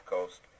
Coast